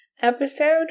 episode